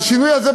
והשינוי הזה,